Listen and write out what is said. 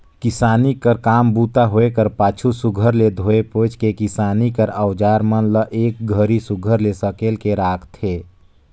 किसानी कर काम बूता होए कर पाछू सुग्घर ले धोए पोएछ के किसानी कर अउजार मन ल एक घरी सुघर ले सकेल के राखथे